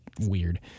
weird